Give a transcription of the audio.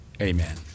Amen